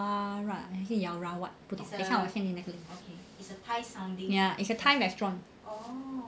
yaowarat 还是什么的 ya it's a thai restaurant